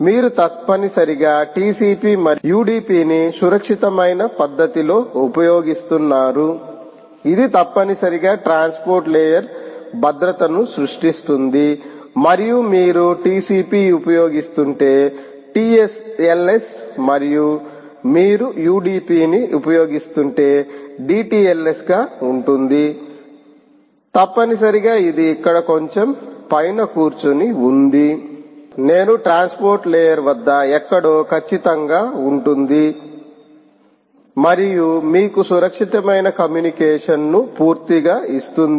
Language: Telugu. మీరు తప్పనిసరిగా TCP మరియు UDP ని సురక్షితమైన పద్ధతిలో ఉపయోగిస్తున్నారు ఇది తప్పనిసరిగా ట్రాన్స్పోర్ట్ లేయర్ భద్రతను సృష్టిస్తుంది మరియు మీరు TCP ఉపయోగిస్తుంటే TLS మరియు మీరు UDP ని ఉపయోగిస్తుంటే DTLS గా ఉంటుంది తప్పనిసరిగా ఇది ఇక్కడ కొంచెం పైన కూర్చుని ఉంది నేను ట్రాన్స్పోర్ట్ లేయర్ వద్ద ఎక్కడో ఖచ్చితంగా ఉంటుంది మరియు మీకు సురక్షితమైన కమ్యూనికేషన్ను పూర్తిగా ఇస్తుంది